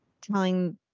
telling